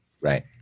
Right